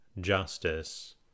justice